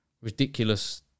ridiculous